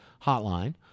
hotline